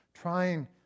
trying